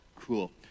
cool